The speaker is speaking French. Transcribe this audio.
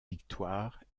victoires